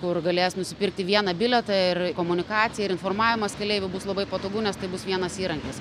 kur galės nusipirkti vieną bilietą ir komunikacija ir informavimas keleivių bus labai patogu nes tai bus vienas įrankis